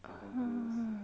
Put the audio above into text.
hmm